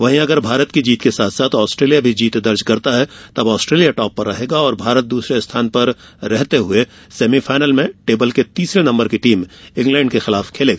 वहीं अगर भारत की जीत के साथ साथ आस्ट्रेलिया भी जीत दर्ज करता है तब आस्ट्रेलिया टाप पर रहेगा और भारत दूसरे स्थान पर रहते हुए सेमीफायनल में ग्रुप की तीसरे नंबर की टीम इंग्लैण्ड के खिलाफ खेलेगा